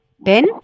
Ben